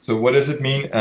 so what does it mean?